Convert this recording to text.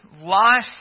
life